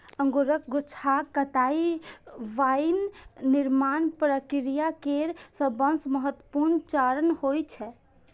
अंगूरक गुच्छाक कटाइ वाइन निर्माण प्रक्रिया केर सबसं महत्वपूर्ण चरण होइ छै